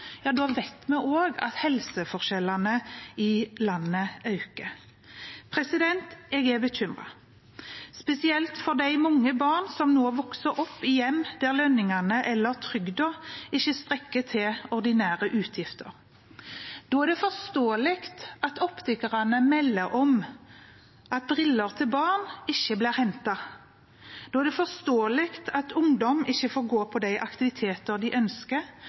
ja, da vet vi også at helseforskjellene i landet øker. Jeg er bekymret, spesielt for de mange barna som nå vokser opp i hjem der lønningene eller trygden ikke strekker til ordinære utgifter. Da er det forståelig at optikerne melder om at briller til barn ikke blir hentet. Da er det forståelig at ungdom ikke får gå på de aktiviteter de ønsker.